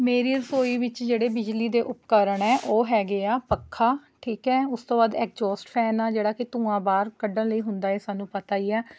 ਮੇਰੀ ਰਸੋਈ ਵਿੱਚ ਜਿਹੜੇ ਬਿਜਲੀ ਦੇ ਉਪਕਰਨ ਹੈ ਉਹ ਹੈਗੇ ਆ ਪੱਖਾ ਠੀਕ ਹੈ ਉਸ ਤੋਂ ਬਾਅਦ ਐਕਜੋਸ਼ਟ ਫ਼ੈਨ ਆ ਜਿਹੜਾ ਕਿ ਧੁੰਆਂ ਬਾਹਰ ਕੱਢਣ ਲਈ ਹੁੰਦਾ ਏ ਸਾਨੂੰ ਹੀ ਪਤਾ ਹੀ ਹੈ